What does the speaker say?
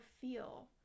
feel